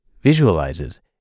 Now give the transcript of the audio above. visualizes